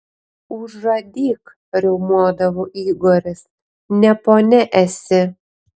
užadyk riaumodavo igoris ne ponia esi